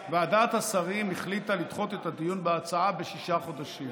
ועדת השרים החליטה לדחות את הדיון בהצעה בשישה חודשים.